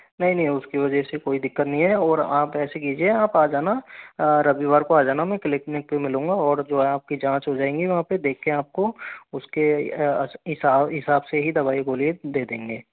नहीं नहीं उसकी वजह से कोई दिक्कत नहीं है और आप ऐसे कीजिये आप आ जाना रविवार को आ जाना मैं किलीनिक पे मिलूंगा और जो है आप की जांच हो जाएंगी वहाँ पे देख के आपको उसके हिसाब हिसाब से ही दवाई गोली दे देंगे